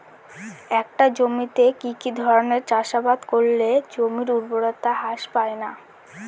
একটা জমিতে কি কি ধরনের চাষাবাদ করলে জমির উর্বরতা হ্রাস পায়না?